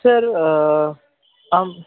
sir আমি